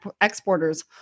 exporters